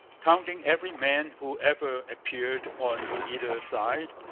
counting every man who ever appeared on either side,